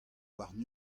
warn